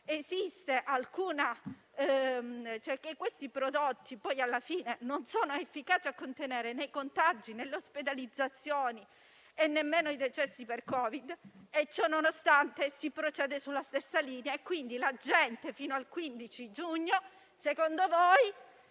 ci dicono che questi prodotti alla fine non sono efficaci a contenere né i contagi, né le ospedalizzazioni e nemmeno i decessi per Covid. Ciononostante, si procede sulla stessa linea fino al 15 giugno, secondo voi